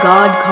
God